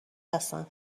هستن